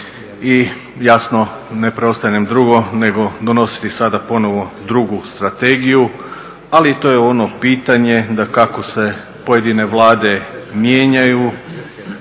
i jasno ne preostaje nam drugo nego donositi sada ponovo drugu strategiju, ali to je ono pitanje da kako se pojedine Vlade mijenjaju,